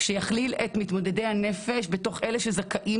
שיכלילו את מתמודדי הנפש בתוך אלה שזכאים